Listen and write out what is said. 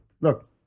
look